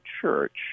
Church